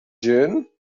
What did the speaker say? june